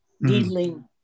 Needling